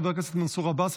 חבר הכנסת מנסור עבאס,